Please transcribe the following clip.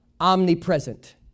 omnipresent